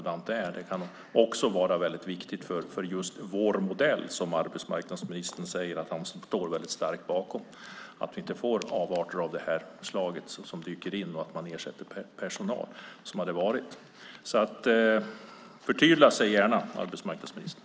Det kan också vara viktigt för vår modell, som arbetsmarknadsministern säger att han står starkt bakom, att vi inte får avarter av slaget där man ersätter personal. Förtydliga dig gärna, arbetsmarknadsministern!